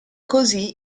così